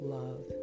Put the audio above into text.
love